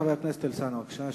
חבר הכנסת טלב אלסאנע, בבקשה.